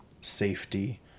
safety